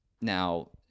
Now –